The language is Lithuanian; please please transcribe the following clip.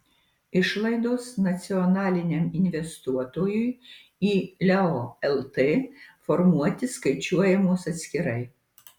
išlaidos nacionaliniam investuotojui į leo lt formuoti skaičiuojamos atskirai